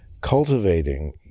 cultivating